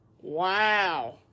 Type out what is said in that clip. Wow